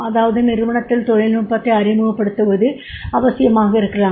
அதாவது நிறுவனத்தில் தொழில்நுட்பத்தை அறிமுகப்படுத்துவது அவசியமாக இருக்கலாம்